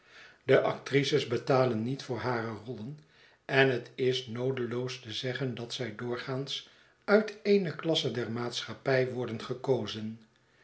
de actrices betalen niet voor hare rollen en het is noodeloos te zeggen dat zij doorgaans uit eene klasse der maatschappij worden gekozen